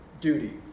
duty